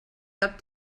cap